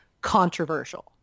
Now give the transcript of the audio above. controversial